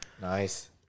Nice